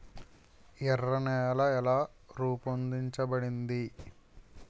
ఎర్ర నేల ఎలా రూపొందించబడింది?